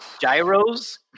gyros